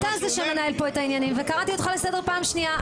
אתה זה שמנהל פה את העניינים וקראתי אותך לסדר פעם שנייה.